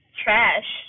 trash